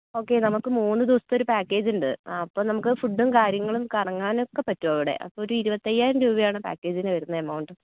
okay നമുക്ക് മൂന്ന് ദിവസത്തെ ഒരു പാക്കേജ് ഉണ്ട് അപ്പോൾ നമുക്ക് ഫുഡും കാര്യങ്ങളും കറങ്ങാൻ ഒക്കെ പറ്റും അവിടെ അപ്പോൾ ഒരു ഇരുപത്തയ്യായിരം രൂപയാണ് പാക്കേജിന് വരുന്ന എമൗണ്ട്